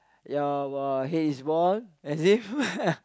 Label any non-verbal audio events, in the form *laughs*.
ya uh haze ball as if *laughs*